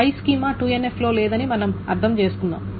పై schema 2NF లో లేదని మనం అర్థం చేసుకున్నాము